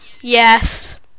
Yes